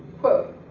quote,